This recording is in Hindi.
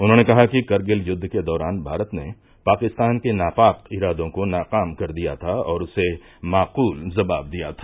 उन्होंने कहा कि करगिल युद्ध के दौरान भारत ने पाकिस्तान के नापाक इरादों को नाकाम कर दिया था और उसे माकूल जवाब दिया था